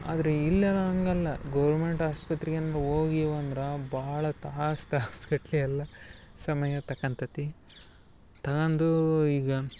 ಆದ್ರೆ ಇಲ್ಲೆಲ ಅಂಗಲ್ಲ ಗೋರ್ಮೆಂಟ್ ಆಸ್ಪತ್ರಿಗೇನ್ರ ಹೋಗಿವಂದ್ರ ಭಾಳ ತಾಸು ತಾಸು ಗಟ್ಲಿ ಎಲ್ಲ ಸಮಯ ತಕಂತತ್ತಿ ತಗಂದೂ ಈಗ